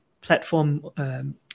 platform